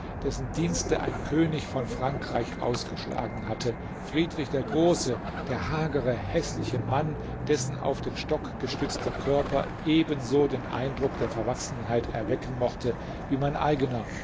dessen dienste ein könig von frankreich ausgeschlagen hatte friedrich der große der hagere häßliche mann dessen auf den stock gestützter körper ebenso den eindruck der verwachsenheit erwecken mochte wie mein eigener